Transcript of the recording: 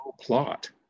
plot